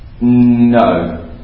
No